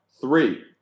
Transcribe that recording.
three